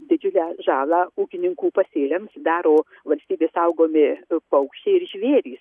didžiulę žalą ūkininkų pasėliams daro valstybės saugomi paukščiai ir žvėrys